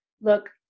look